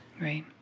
Right